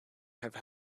have